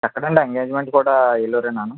ఎక్కడా అండి ఎంగేజ్మెంట్ కూడా వీళ్ళ ఊరేనా